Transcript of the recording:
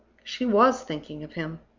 she was thinking of him.